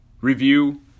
review